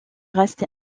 reste